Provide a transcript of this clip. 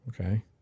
Okay